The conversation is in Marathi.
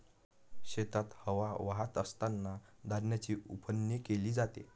शेतात हवा वाहत असतांना धान्याची उफणणी केली जाते